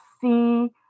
see